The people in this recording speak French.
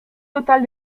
total